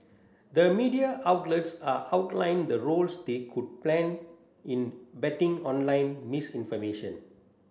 the media outlets are outlined the roles they could plan in betting online misinformation